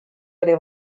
oli